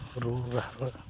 ᱨᱩ ᱨᱟᱦᱟ ᱨᱮ